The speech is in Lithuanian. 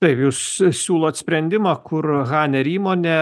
taip jūs siūlot sprendimą kur haner įmonė